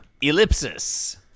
ellipsis